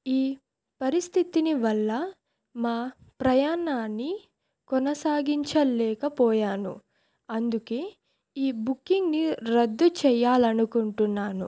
ఈ పరిస్థితి వల్ల మా ప్రయాణాన్ని కొనసాగించలేకపోయాను అందుకే ఈ బుకింగ్ని రద్దు చెయ్యాలనుకుంటున్నాను